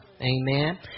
Amen